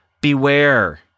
beware